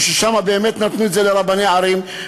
שבה באמת נתנו את זה לרבני ערים,